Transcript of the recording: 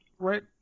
right